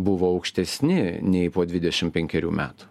buvo aukštesni nei po dvidešim penkerių metų